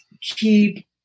keep